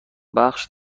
بخش